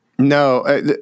No